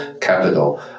capital